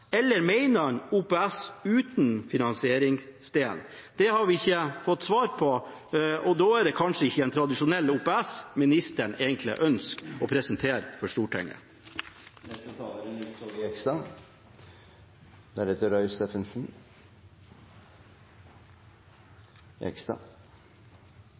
eller om han mener OPS uten finansieringsdelen. Det har vi ikke fått svar på, og da er det kanskje ikke en tradisjonell OPS ministeren egentlig ønsker å presentere for Stortinget. Når det er